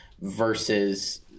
versus